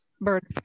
bird